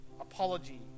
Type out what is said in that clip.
apology